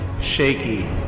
Shaky